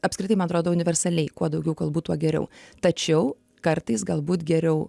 apskritai man atrodo universaliai kuo daugiau kalbų tuo geriau tačiau kartais galbūt geriau